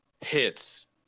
hits